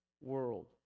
world